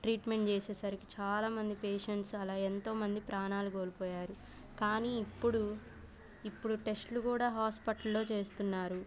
treatment చేసేసరికి చాలామంది patients అలా ఎంతోమంది ప్రాణాలు కోల్పోయారు కానీ ఇప్పుడు ఇప్పుడు టెస్టులు కూడా హాస్పటల్లో చేస్తున్నారు